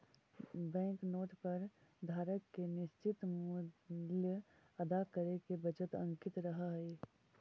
bank note पर धारक के निश्चित मूल्य अदा करे के वचन अंकित रहऽ हई